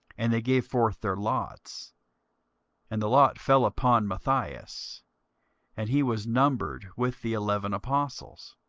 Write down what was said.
and they gave forth their lots and the lot fell upon matthias and he was numbered with the eleven apostles.